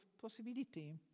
possibility